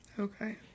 Okay